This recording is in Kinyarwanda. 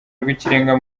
rw’ikirenga